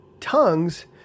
tongues